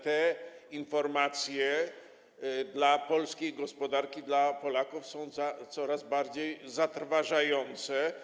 Te informacje dla polskiej gospodarki, dla Polaków są coraz bardziej zatrważające.